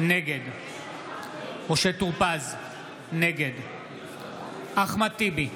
נגד משה טור פז, נגד אחמד טיבי,